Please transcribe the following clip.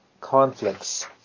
Conflicts